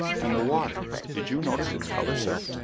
and the water did you notice its color, sir?